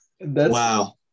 Wow